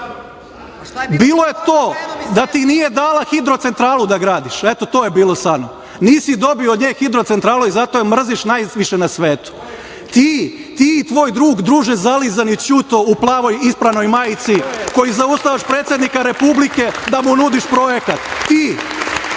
Bilo je to da ti nije dala hidrocentralu da gradiš, eto, to je bilo sa Anom. Nisi dobio od nje hidorcentralu i zato je mrziš najviše na svetu. Ti i tvoj drug, druže zalizani Ćuto u plavoj ispranoj majici koji zaustavljaš predsednika Republike da mu nudiš projekat. Ti,